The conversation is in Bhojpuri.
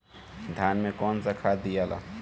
धान मे कौन सा खाद दियाला?